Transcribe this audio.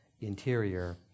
Interior